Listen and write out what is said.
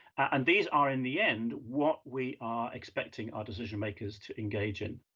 and these are, in the end, what we are expecting our decision makers to engage in.